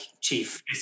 chief